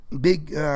big